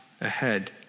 ahead